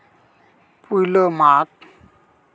ᱯᱩᱭᱞᱟᱹ ᱢᱟᱜᱽ